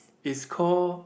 is call